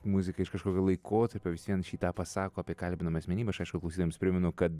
muzika iš kažkokio laikotarpio vis vien šį tą pasako apie kalbinamą asmenybę aš aišku klasytojams primenu kad